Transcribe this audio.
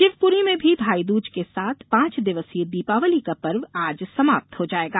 शिवपुरी में भी भाईदूज के साथ पांच दिवसीय दीपावली का पर्व आज समाप्त हो जायेगा